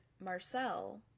Marcel